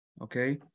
Okay